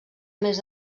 més